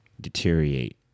deteriorate